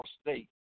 state